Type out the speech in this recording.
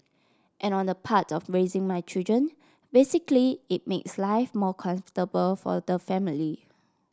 and on the part of raising my children basically it makes life more comfortable for the family